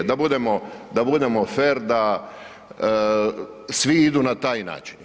Da budemo fer da svi idu na taj način.